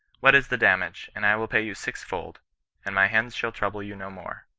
what is the damage, and i will pay you sixfold and my hens shall trouble you no more.